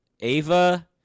Ava